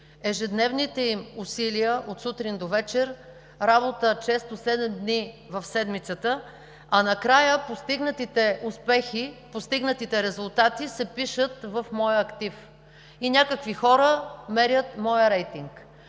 ежедневните им усилия от сутрин до вечер, работа често седем дни в седмицата, а накрая постигнатите успехи и резултати се пишат в моя актив и някакви хора мерят моя рейтинг,